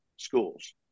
schools